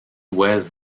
ouest